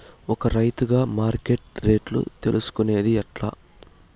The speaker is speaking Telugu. ఒక రైతుగా మార్కెట్ రేట్లు తెలుసుకొనేది ఎట్లా?